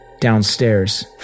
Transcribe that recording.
downstairs